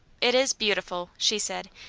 it is beautiful, she said,